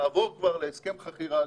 לעבור כבר להסכם חכירה.